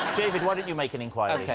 david, why don't you make an enquiry? ok.